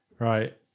Right